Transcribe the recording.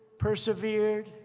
persevered,